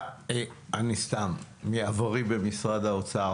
בהתבסס על עברי במשרד האוצר